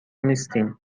نیستین